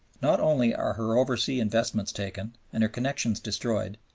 not only are her oversea investments taken and her connections destroyed,